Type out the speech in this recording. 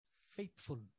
faithful